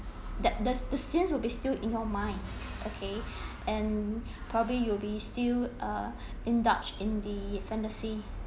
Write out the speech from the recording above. that the the scenes will be still in your mind okay um probably you'll be still uh indulge in the fantasy